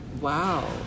Wow